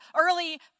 early